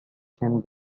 can